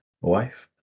wife